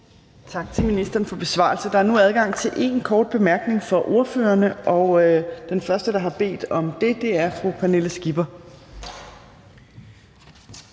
Tak til ministeren for besvarelsen. Der er nu adgang til én kort bemærkning fra ordførerne, og den første, der har bedt om det, er fru Pernille Skipper.